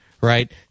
right